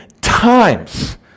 times